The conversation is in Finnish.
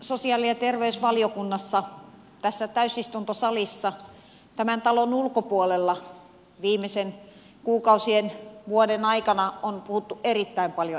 sosiaali ja terveysvaliokunnassa tässä täysistuntosalissa tämän talon ulkopuolella viimeisten kuukausien vuoden aikana on puhuttu erittäin paljon ennaltaehkäisystä